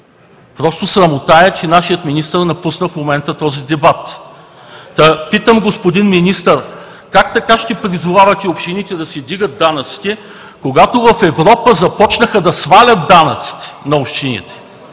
Просто е срамота, че нашият министър в момента напусна този дебат! Питам: господин Министър, как така ще призовавате общините да си вдигат данъците, когато в Европа започнаха да свалят данъците на общините?